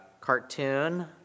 cartoon